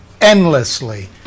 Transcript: endlessly